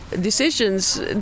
decisions